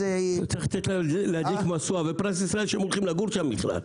צריך לתת להם להדליק משואה ופרס ישראל שהם הולכים לגור שם בכלל.